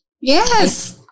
yes